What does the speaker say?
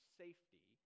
safety